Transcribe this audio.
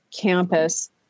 campus